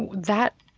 that